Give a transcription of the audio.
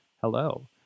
Hello